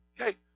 Okay